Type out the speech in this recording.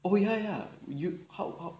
oh ya ya you how how